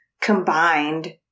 combined